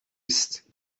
است